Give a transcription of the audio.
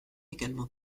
également